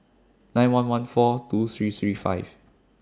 nine one one four two three three five